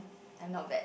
I'm not bad